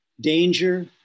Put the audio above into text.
danger